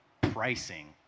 pricing